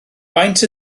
faint